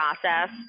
process